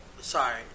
Sorry